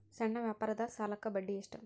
ಸಣ್ಣ ವ್ಯಾಪಾರದ ಸಾಲಕ್ಕೆ ಬಡ್ಡಿ ಎಷ್ಟು?